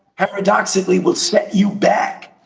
paradoxically, will set you back,